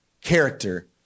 character